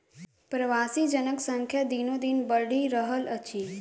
प्रवासी जनक संख्या दिनोदिन बढ़ि रहल अछि